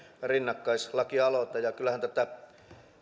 rinnakkaislakialoite kyllähän tätä